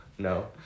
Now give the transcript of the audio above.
No